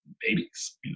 babies